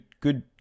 good